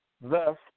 Thus